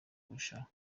kurushaho